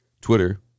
Twitter